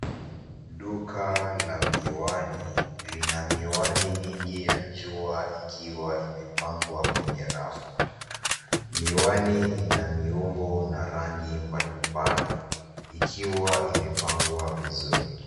Duka la miwani lina miwani mingi ya jua ikiwa imepangwa kwenye rafu. Miwani ina miumbo na rangi mbalimbali, ikiwa imepangwa vizuri.